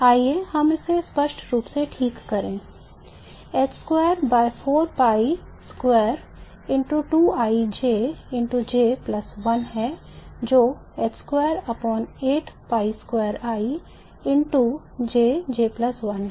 आइए हम इसे स्पष्ट रूप से ठीक करें h square by 4 pi square into 2I J into J plus 1 है जो है